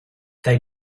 they